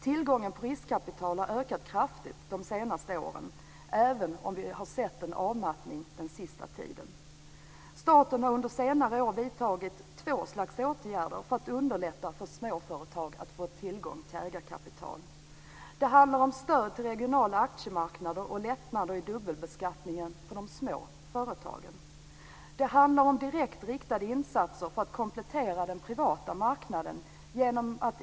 Tillgången på riskkapital har ökat kraftigt de senaste åren, även om vi har sett en avmattning den senaste tiden. Staten har under senare år vidtagit två slags åtgärder för att underlätta för småföretag att få tillgång till ägarkapital. Det handlar om stöd till regionala aktiemarknader och lättnader i dubbelbeskattningen för de små företagen. Det handlar om direkt riktade insatser för att komplettera den privata marknaden.